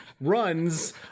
runs